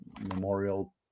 memorial